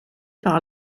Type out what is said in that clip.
par